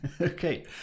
Okay